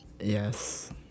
Yes